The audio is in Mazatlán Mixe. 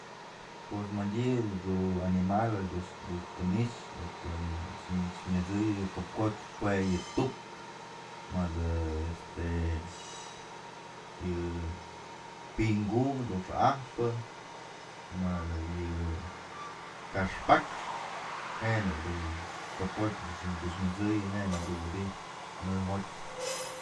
Pos madyë du animal du duch të ni'ix o tën myët'sëyë kopkotyë jue yë tuk madë este yë pinkun du xa'ajpë madë yë kaxpakxë je'e nadu kopkotyë xi'im myët'sëyë je'e nak dun wi'idyjpë nëjotyë.